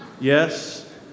Yes